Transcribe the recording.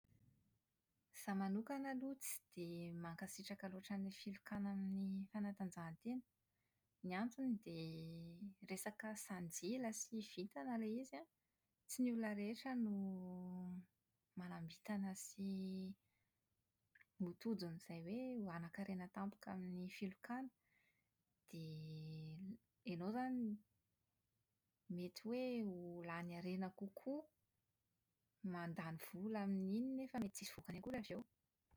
Izaho manokana aloha tsy dia mankasitraka loatra an'ilay filokana amin'ny fanatanjahantena. Ny antony an, dia resaka sanjila sy vintana ilay izy an, tsy ny olona rehetra no manam-bitana sy ho tojon'izay hoe hanakarena tampoka amin'ny filokana. Dia ianao izany mety hoe ho lany harena kokoa, mandany vola amin'iny nefa mety tsy hisy vokany akory avy eo.